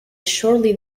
shortly